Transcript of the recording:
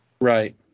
Right